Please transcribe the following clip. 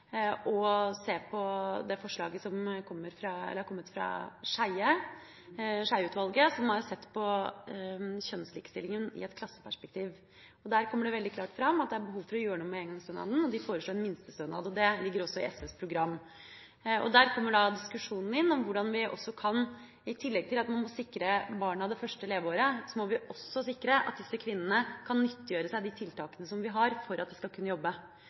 må se på det forslaget som har kommet fra Skeie-utvalget, som har sett på kjønnslikestillinga i et klasseperspektiv. Der kommer det veldig klart fram at det er behov for å gjøre noe med engangsstønaden. De foreslår en minstestønad, og det ligger også i SVs program. Der kommer diskusjonen inn om hvordan vi – i tillegg til å sikre barna i det første leveåret – kan sikre at disse kvinnene kan nyttiggjøre seg de tiltakene vi har for at de skal kunne jobbe.